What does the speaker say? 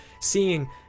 seeing